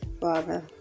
Father